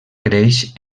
creix